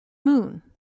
moon